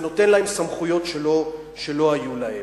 זה נותן להם סמכויות שלא היו להם.